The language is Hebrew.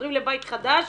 עוברים לבית חדש